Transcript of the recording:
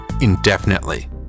indefinitely